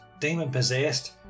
demon-possessed